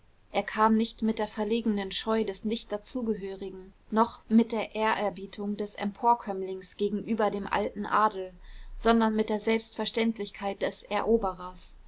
er kam nicht mit der verlegenen scheu des nichtdazugehörigen noch mit der ehrerbietung des emporkömmlings gegenüber dem alten adel sondern mit der selbstverständlichkeit des eroberers